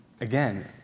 again